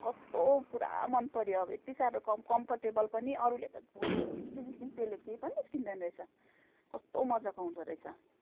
कस्तो पुरा मन पऱ्यो अब यति साह्रो कम्फोर्टेबल पनि अरूले त भुँडीहरू के के निस्किन्छ त्यसले केही पनि निस्किँदैन रैस कस्तो मजाको हुँदोरैस